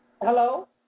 Hello